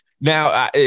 Now